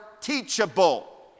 teachable